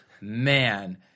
Man